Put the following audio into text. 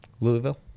Louisville